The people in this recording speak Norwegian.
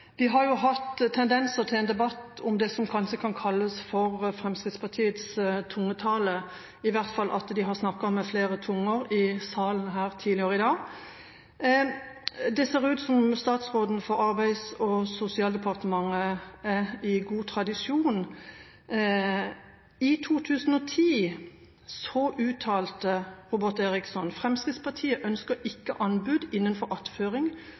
har vært tendenser til en debatt om det som kanskje kan kalles for Fremskrittspartiets tungetale – i hvert fall har man snakket med flere tunger i salen tidligere i dag. Det ser ut som om statsråden for Arbeids- og sosialdepartementet er i god tradisjon. I 2010 uttalte Robert Eriksson: «Vi ønsker ikke anbud innenfor attføring,